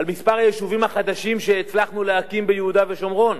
על מספר היישובים החדשים שהצלחנו להקים ביהודה ושומרון,